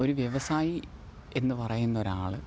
ഒരു വ്യവസായി എന്നു പറയുന്നൊരാൾ